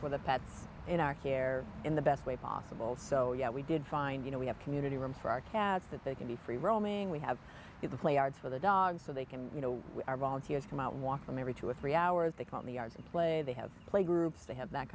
for the pets in our care in the best way possible so yeah we did find you know we have community room for our cats that they can be free roaming we have the players for the dogs so they can you know our volunteers come out walk them every two or three hours they call the hours and play they have play groups they have that